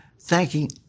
thanking